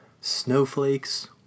Snowflakes